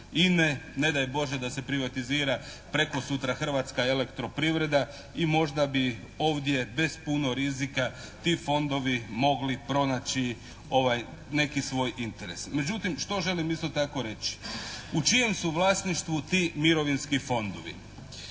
INA-e. Ne daj Bože da se privatizira prekosutra Hrvatska elektroprivreda i možda bi ovdje bez puno rizika ti fondovi mogli pronaći neki svoj interes. Međutim što želim isto tako reći? U čijem su vlasništvu ti mirovinski fondovi?